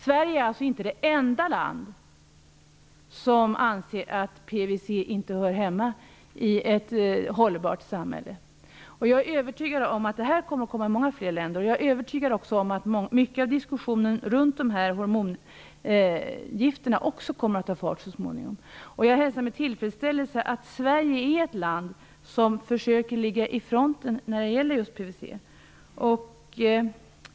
Sverige är alltså inte det enda land som anser att PVC inte hör hemma i ett hållbart samhälle. Jag är övertygad om att det skall komma till många fler länder, och jag är också övertygad om att mycket av diskussionen om de här hormongifterna kommer att ta fart så småningom. Jag hälsar med tillfredsställelse att Sverige försöker ligga vid frontlinjen när det gäller just PVC.